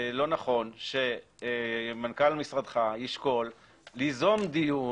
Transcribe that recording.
לא נכון שמנכ"ל משרדך ישקול ליזום דיון?